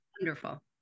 Wonderful